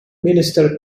minister